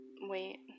wait